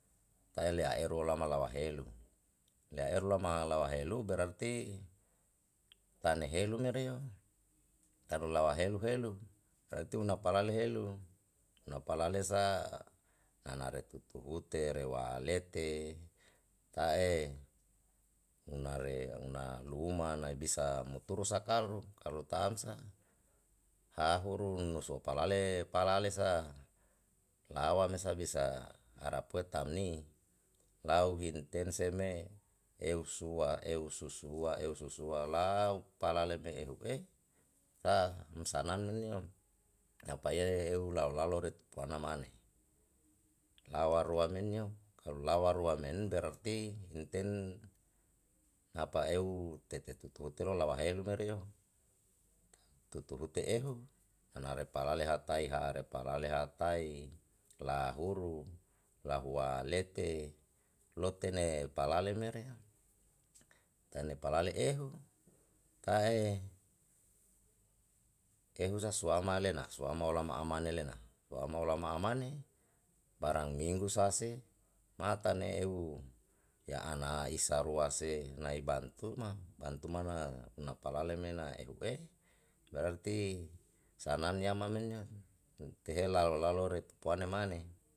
Tae li'a eru lama lawa helu li'a eru lama lawa helu berati tan helu mereo taru lawa helu helu berati unapalale helu unpalale sa nanare tutu rute lewa lete tae unare una luma nae bisa muturu sa karu karu tam sa ha huru nusa palale palesa lawa mesa bisa ara pue tam ni lau himten seme eu sua eu susua eu susua lau palale me ehu taa'm sanan neo lapa eu lalo lalo re tupuana mane lawa ruamen nio kalu lawa ruamen berati imten napa eu tete tutu teru lawa helu mereo tutu rute ehu anare palale ha taea repalale hate la huru la hua lete lottene palale mereo tane palale ehu tae ehusa suama lena suama olama amane lena suama olama amane barang minggu sa se matane eu ya ana isa rua se nae bantu ma bantu ma na unapa lale na ehu berati sanan yaman menio mutuhe lalo lalo re tupuane mane.